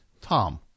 Tom